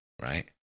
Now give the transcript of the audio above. right